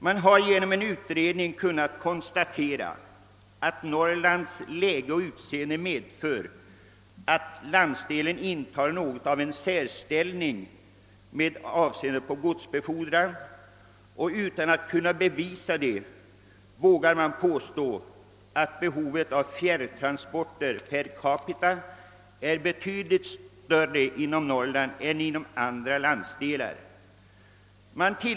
Man har genom en utredning kunnat konstatera, att Norrlands läge medför att den landsdelen intar något av en särställning när det gäller godsbefordran, och utan att kunna bevisa det vågar man påstå att behovet av fjärrtransporter per capita är betydligt större inom Norrland än i andra landsdelar.